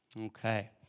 Okay